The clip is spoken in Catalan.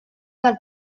del